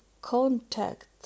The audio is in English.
contact